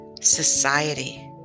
society